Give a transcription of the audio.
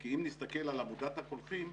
כי אם נסתכל על עבודת הקולחים,